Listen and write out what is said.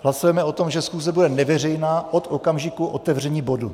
Hlasujeme o tom, že schůze bude neveřejná od okamžiku otevření bodu.